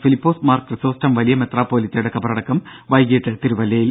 ഫിലിപ്പോസ് മാർ ക്രിസോസ്റ്റം വലിയ മെത്രോപ്പൊലീത്തയുടെ കബറടക്കം വൈകീട്ട് തിരുവല്ലയിൽ